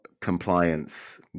compliance